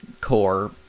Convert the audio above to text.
core